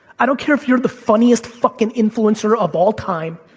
i don't care if you're the funniest fucking influencer of all time.